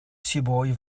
sibawi